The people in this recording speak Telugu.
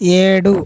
ఏడు